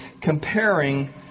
comparing